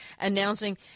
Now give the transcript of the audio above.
announcing